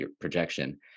projection